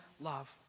love